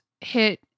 hit